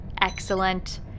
Excellent